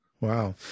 Wow